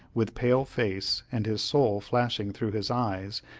with pale face and his soul flashing through his eyes,